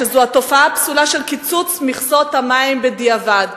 שזו התופעה הפסולה של קיצוץ מכסות המים בדיעבד.